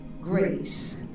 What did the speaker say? grace